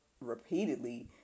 repeatedly